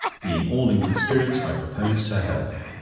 being all in good spirits, i proposed her health,